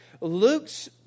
Luke's